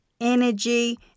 energy